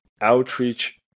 Outreach